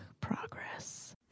progress